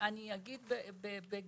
אני אגיד בגדול